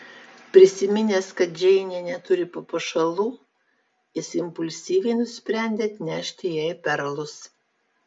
prisiminęs kad džeinė neturi papuošalų jis impulsyviai nusprendė atnešti jai perlus